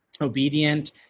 obedient